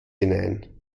hinein